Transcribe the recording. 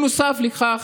נוסף לכך,